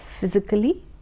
physically